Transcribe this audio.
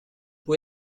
può